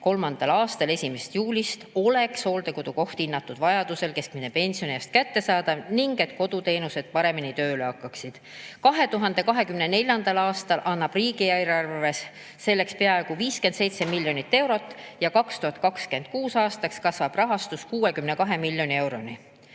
2023. aasta 1. juulist oleks hooldekodukoht keskmise pensioni eest kättesaadav ning et koduteenused paremini tööle hakkaksid. 2024. aastal annab riigieelarve selleks peaaegu 57 miljonit eurot ja 2026. aastaks kasvab rahastus 62 miljoni euroni.